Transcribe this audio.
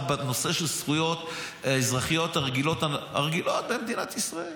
בנושא של הזכויות האזרחיות הרגילות במדינת ישראל.